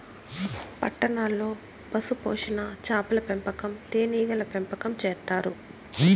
పట్టణాల్లో పశుపోషణ, చాపల పెంపకం, తేనీగల పెంపకం చేత్తారు